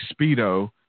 Speedo